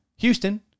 Houston